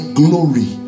glory